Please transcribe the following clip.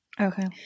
Okay